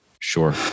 Sure